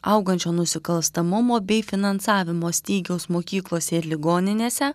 augančio nusikalstamumo bei finansavimo stygiaus mokyklose ir ligoninėse